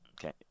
Okay